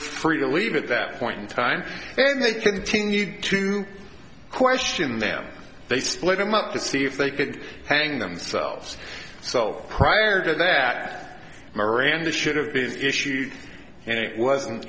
free to leave at that point in time and they continue to question them they split them up to see if they could hang themselves so prior to that miranda should have been issued and it wasn't